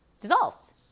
dissolved